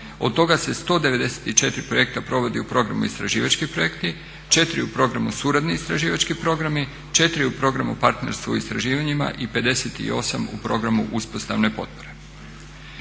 Od toga se 194 projekta provodi u programu istraživački projekti, 4 u programu suradni istraživački programi, 4 u programu partnerstvo u istraživanjima i 58 u programu uspostavne potpore.